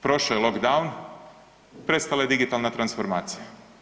Prošao je lockdown prestala je digitalna transformacija.